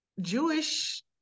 Jewish